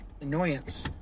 annoyance